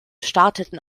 starteten